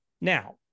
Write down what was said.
Now